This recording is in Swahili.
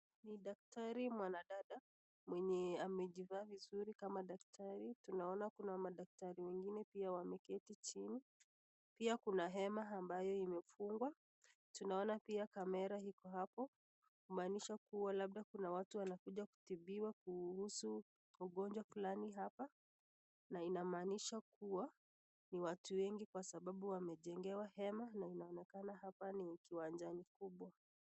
Ni daktari mwanadada mwenye amejivaa vizuri kama daktari, Tunaona kuna madaktari wengine pia wameketi chini pia kuna hema ambayo imefungwa, Tunaona pia camera iko hapo kumanisha kuwa labda kuna watu wanakuja tutipiwa kuhusu ugonjwa fulani hapa na inamanisha kuwa ni watu wengi kwa sabaabu wamejengewa hema na inaonekana ni kiwanjani kubwa.